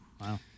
Wow